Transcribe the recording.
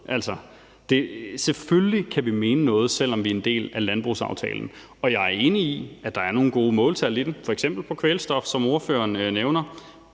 Selvfølgelig kan vi mene noget, selv om vi er en del af landbrugsaftalen. Jeg er enig i, at der er nogle gode måltal i den, f.eks. på kvælstof, som ordføreren nævner.